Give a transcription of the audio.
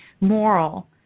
moral